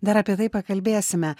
dar apie tai pakalbėsime